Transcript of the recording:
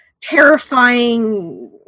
terrifying